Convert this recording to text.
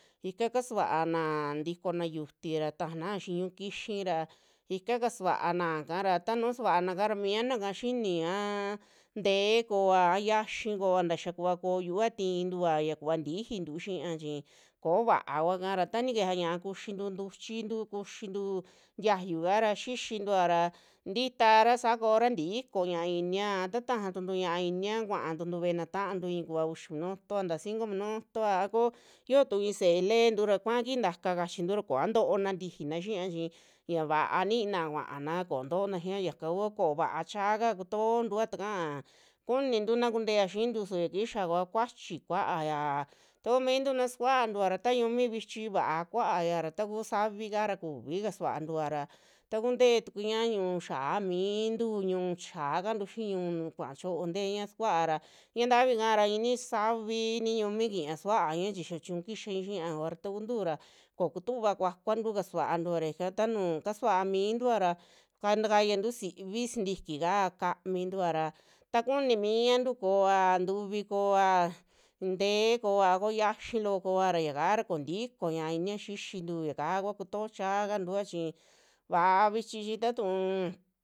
Ika kasuana ntikona xiuti ra tajana xii ñu'ukiyi ra ika kasuana kara, tanuu sukuana kara mianaka xini a tee koa a xiayi koa ntaa xia kuva koo xiuva tintua ya kuva ntijintu xiiya chi ko'ova kua kara ta nijea ñaa kuxintu ntuchintu, tiayuka ra xixintua ra ntitara saa kora ntiko ñaa inia, a tajatuntu ñaa inia kuaa tuntu ve'e na taantu i'i kiva uxi minutoa nta cinco minuto a koo yotu i'i see leentu ya kua kiji ntaka chintura koa ntoona tijina xia chi ña vaa nina kuaana koo ntoona xia chi yakakua ko'o vaachaka kotontua takaa kunintu na kuntea xintu su ya kixa kua kuachi kuaaya takumintu na sikuantua ra ta yumi vichi vaa kuaya ra takuu, saavi kara kuika kasuaantua ra tukuntee tuku ña ñu'u xiaa mintu, ñu'u xiaa kantu xii ñu'u nu kuaa choo teña sukuara ña ntavi kara i'ini savi, i'ini yumi kiiña kukuaña chi xaa chiñu kixaña xia kua ra takuntu ra kokutuva kuakuantu kasuantua ra ika ta nuu, ta suvaa mintuara katakayantu sivi sintikika kamintua ra takuni miantu kooa, tuvi koa ntee koa a ko xiayi loo koara yaka ra kontiko ñaa inia xixintu yaka kua kutoo chakantua chi vaa vichi chi tatun.